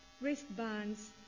wristbands